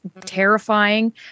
terrifying